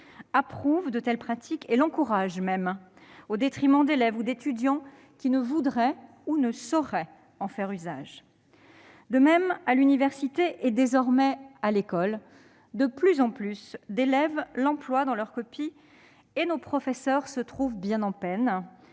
approuvent de telles pratiques et l'encouragent même, au détriment d'élèves ou d'étudiants qui ne voudraient ou, tout du moins, ne sauraient en faire usage. De même, à l'université, et désormais à l'école, de plus en plus d'élèves l'emploient dans leurs copies, et nos professeurs se trouvent bien en peine